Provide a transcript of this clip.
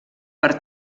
per